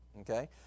okay